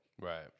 Right